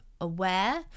aware